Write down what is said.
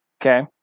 Okay